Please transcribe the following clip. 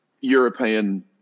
European